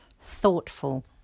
thoughtful